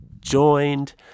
joined